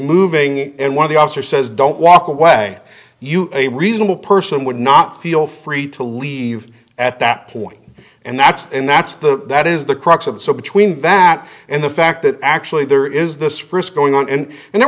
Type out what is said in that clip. moving and one of the officer says don't walk away you a reasonable person would not feel free to leave at that point and that's and that's the that is the crux of so between that and the fact that actually there is this frisk going on and and there